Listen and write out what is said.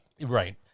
Right